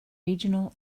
regional